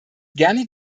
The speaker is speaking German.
gerne